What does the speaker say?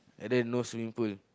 and there no swimming pool